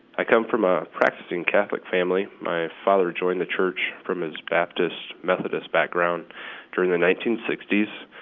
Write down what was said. i come from a practicing catholic family. my father joined the church from his baptist methodist background during the nineteen sixty s,